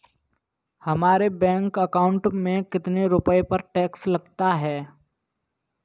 हमारे bank account में कितने रुपये पर टैक्स लग सकता है?